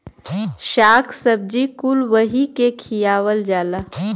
शाक सब्जी कुल वही के खियावल जाला